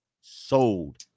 sold